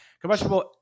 Combustible